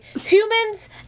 humans